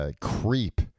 creep